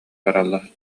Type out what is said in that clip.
бараллар